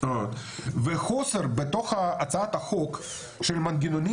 בנוסף יש חוסר בתוך הצעת החוק של מנגנונים